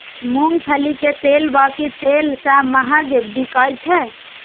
मूंगफली के तेल बाकी तेल सं महग बिकाय छै